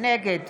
נגד